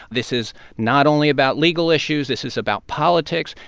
this is not only about legal issues. this is about politics.